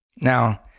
Now